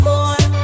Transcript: More